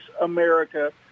America